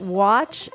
watch